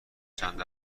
چند